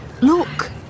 look